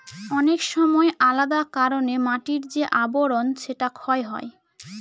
অনেক সময় আলাদা কারনে মাটির যে আবরন সেটা ক্ষয় হয়